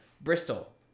Bristol